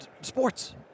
sports